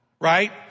right